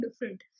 different